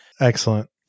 Excellent